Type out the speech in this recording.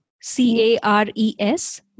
C-A-R-E-S